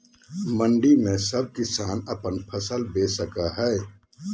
मंडी में सब किसान अपन फसल बेच सको है?